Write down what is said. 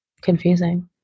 confusing